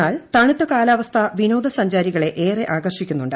എന്നാൽ തണുത്ത കാലാവസ്ഥ വിനോദസഞ്ചാരികളെ ഏറെ ആകർഷിക്കുന്നുണ്ട്